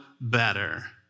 better